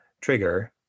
Trigger